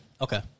Okay